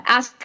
Ask